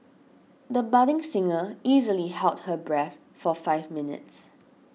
the budding singer easily held her breath for five minutes